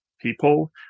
people